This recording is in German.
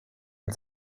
und